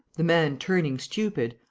the man turning stupid,